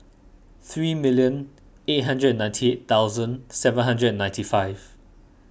three million eight hundred and ninety eight thousand seven hundred and ninety five